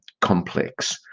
complex